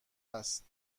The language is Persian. هست